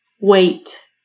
Wait